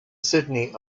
sydney